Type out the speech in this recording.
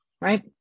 right